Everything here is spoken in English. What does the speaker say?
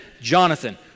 Jonathan